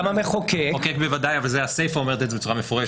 המחוקק בוודאי, את זה הסיפה אומרת בצורה מפורשת.